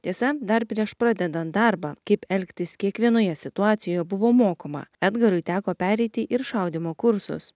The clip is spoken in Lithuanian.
tiesa dar prieš pradedant darbą kaip elgtis kiekvienoje situacijoje buvo mokoma edgarui teko pereiti ir šaudymo kursus